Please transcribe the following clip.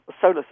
solar